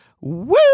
Woo